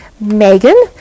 Megan